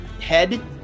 head